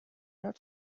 not